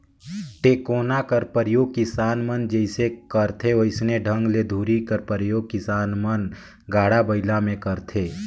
टेकोना कर परियोग किसान मन जइसे करथे वइसने ढंग ले धूरी कर परियोग किसान मन गाड़ा बइला मे करथे